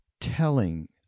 telling